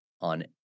on